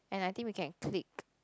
and I think we can click